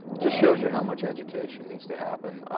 just shows you how much education needs to happen.